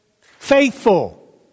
faithful